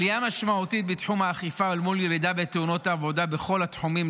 עלייה משמעותית בתחום האכיפה אל מול ירידה בתאונות העבודה בכל התחומים,